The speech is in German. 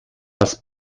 das